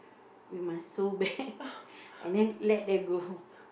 we must sew back and then let them go home